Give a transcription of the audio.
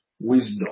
wisdom